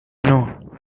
know